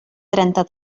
trenta